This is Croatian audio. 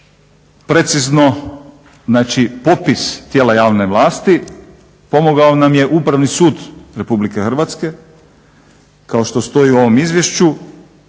precizno, znači popis tijela javne vlasti pomogao nam je Upravni sud Republike Hrvatske kao što stoji u ovom Izvješću.